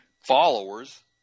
followers